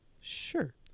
sure